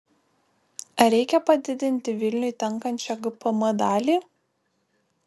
ar reikia padidinti vilniui tenkančią gpm dalį